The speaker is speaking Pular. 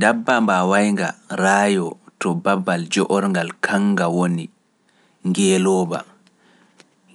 Dabba mbawaynga raayo to babbal joorngal kanga woni, ngeelooba,